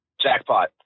Jackpot